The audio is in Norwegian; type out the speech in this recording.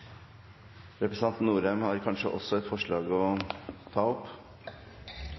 Representanten Norheim har kanskje også et forslag han skal ta opp?